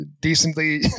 decently